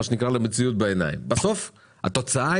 לכן אני אומר שלצד אותה פעילות שנעשית גם על ידי שר התרבות והספורט,